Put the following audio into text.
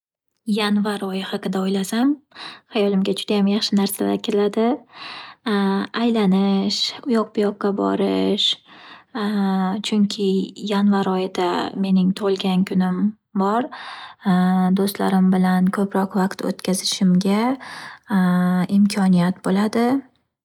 Yanvar oyi haqida o’ylasam hayolimga judayam yaxshi narsalar keladi. Aylanish, u yoq bu yoqqa borish chunki yanvar oyida mening tug’ilgan kunim bor do’stlarim bilan ko’proq vaqt o’tkazishimga imkoniyat bo’ladi.